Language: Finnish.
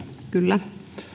kyllä